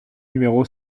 numéro